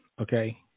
okay